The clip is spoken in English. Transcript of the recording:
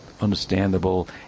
understandable